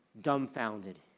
dumbfounded